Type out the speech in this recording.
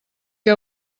que